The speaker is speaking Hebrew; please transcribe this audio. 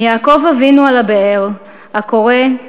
מיעקב אבינו על הבאר, הקורא: